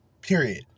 period